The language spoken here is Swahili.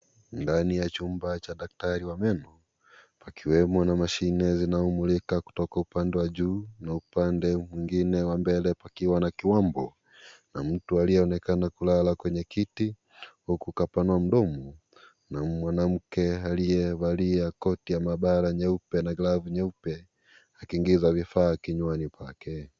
Ndani ya chumba cha daktari wa meno pakiwemo na mashine zinazomulika kutoka upande wa juu na upande mwingine wa juu pakiwa na kiwambo na mtu aliyeonekana kulala kwenye kiti huku kapanua mdomo na mwanamke aliyevalia koti ya maabara nyeupe na glavu nyeupe akiingiza vifaa kinywani pake.